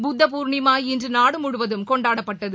புத்த பூர்ணிமா இன்று நாடு முழுவதும் கொண்டாடப்பட்டது